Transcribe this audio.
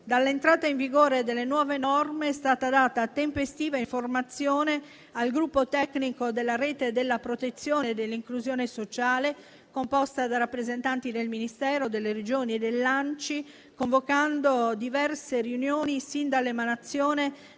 Dall'entrata in vigore delle nuove norme è stata data tempestiva informazione al gruppo tecnico della rete della protezione e dell'inclusione sociale, composta da rappresentanti del Ministero, delle Regioni e dell'ANCI, convocando diverse riunioni sin dall'emanazione